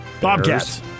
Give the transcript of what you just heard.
Bobcats